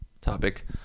topic